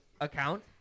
account